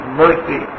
mercy